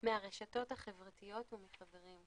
מהרשתות החברתיות ומחברים,